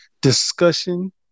discussion